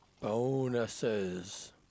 Bonuses